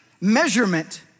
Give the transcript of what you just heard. measurement